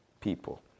people